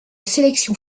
sélection